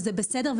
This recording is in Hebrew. וזה בסדר,